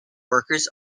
workers